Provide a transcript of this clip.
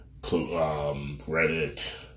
Reddit